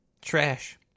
Trash